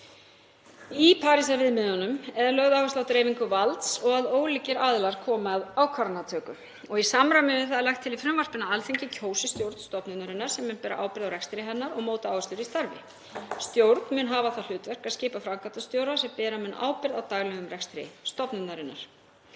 Í Parísarviðmiðunum er lögð áhersla á dreifingu valds og að ólíkir aðilar komi að ákvarðanatöku. Í samræmi við það er lagt til í frumvarpinu að Alþingi kjósi stjórn stofnunarinnar sem mun bera ábyrgð á rekstri hennar og móta áherslur í starfi. Stjórn mun hafa það hlutverk að skipa framkvæmdastjóra sem bera mun ábyrgð á daglegum rekstri stofnunarinnar.